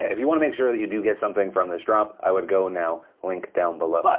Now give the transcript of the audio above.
if you want to make sure that you do get something from this drop, i would go now. link down below. but,